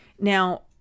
Now